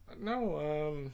No